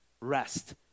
Rest